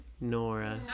Nora